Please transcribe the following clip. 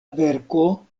verko